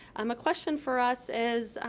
um a question for us is,